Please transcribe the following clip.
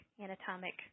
anatomic